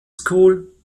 school